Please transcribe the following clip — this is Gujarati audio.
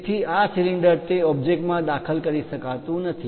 તેથી આ સિલિન્ડર તે ઓબ્જેક્ટ માં દાખલ કરી શકાતું નથી